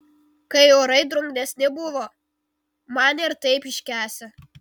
kai orai drungnesni buvo manė ir taip iškęsią